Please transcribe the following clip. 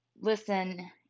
listen